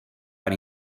per